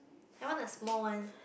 I want a small one